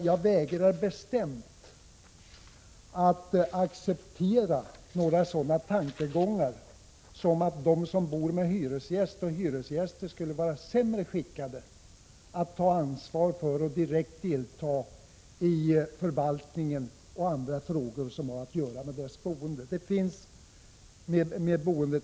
Jag vägrar bestämt att acceptera några sådana tankegångar som att hyresgäster skulle vara sämre skickade i detta avseende.